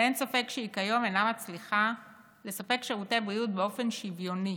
ואין ספק שהיא כיום אינה מצליחה לספק שירותי בריאות באופן שוויוני